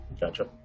gotcha